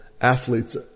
athletes